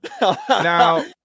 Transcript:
now